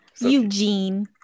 Eugene